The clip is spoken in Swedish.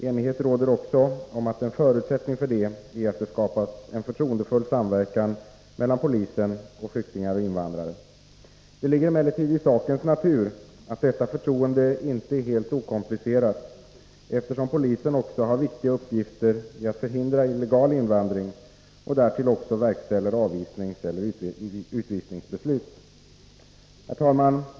Enighet råder också om att en förutsättning för detta är att det skapas en förtroendefull samverkan mellan polisen, flyktingar och invandrare. Det ligger emellertid i sakens natur att detta förtroende inte är helt okomplicerat, eftersom polisen också har viktiga uppgifter när det gäller att förhindra illegal invandring och därtill verkställer avvisningseller utvisningsbeslut. Herr talman!